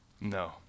No